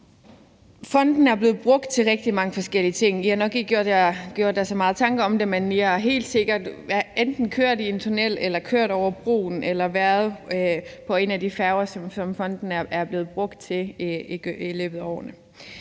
Fonden er blevet brugt til rigtig mange forskellige ting. I har nok ikke gjort jer så mange tanker om det, men I har helt sikkert enten kørt i en tunnel, kørt over broen eller været på en af de færger, som fonden er blevet brugt til i løbet af årene.